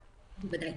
בוודאי.